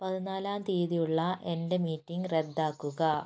പതിനാലാം തീയതിയുള്ള എന്റെ മീറ്റിംഗ് റദ്ദാക്കുക